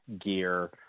gear